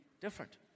different